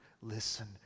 Listen